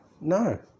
No